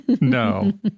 No